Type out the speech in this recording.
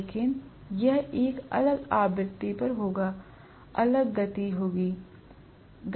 लेकिन यह एक अलग आवृत्ति पर होगा अगर गति अलग है